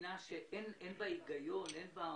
שאין בו היגיון.